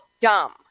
dumb